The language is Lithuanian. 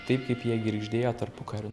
taip kaip jie girgždėjo tarpukariu